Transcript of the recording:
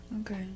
Okay